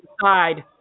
side